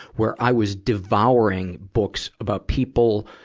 where i was devouring books about people,